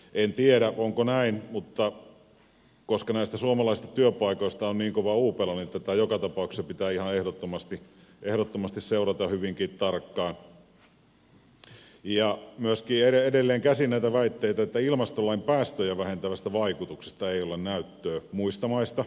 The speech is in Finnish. en tiedä onko näin mutta koska näistä suomalaisista työpaikoista on niin kova uupelo niin tätä joka tapauksessa pitää ihan ehdottomasti seurata hyvinkin tarkkaan ja myöskin edelleenkäsin näitä väitteitä että ilmastolain päästöjä vähentävästä vaikutuksesta ei olisi näyttöä muista maista